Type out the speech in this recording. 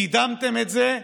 קידמתם את זה,